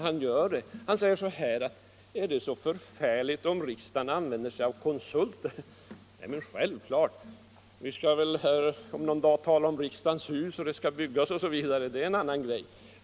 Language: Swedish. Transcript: Han frågade om det är så förfärligt om riksdagen använde sig av konsulter. Självklart inte. Vi skall t.ex. om någon dag diskutera riksdagens hus och hur det skall byggas. Det är en annan grej.